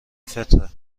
فطره